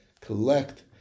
collect